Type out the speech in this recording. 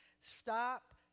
Stop